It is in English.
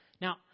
Now